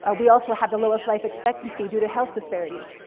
ah we also have the lowest life expectancy due to health disparities.